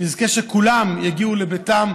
נזכה שכולם יגיעו לביתם,